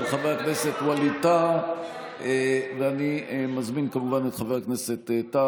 של חבר הכנסת אלכס קושניר וקבוצת חברי הכנסת,